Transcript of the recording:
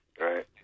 Right